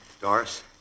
Doris